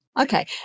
Okay